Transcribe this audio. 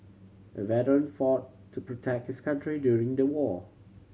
the veteran fought to protect his country during the war